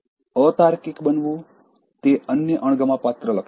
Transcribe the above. અતાર્કિક બનવું એ અન્ય અણગમાપાત્ર લક્ષણ છે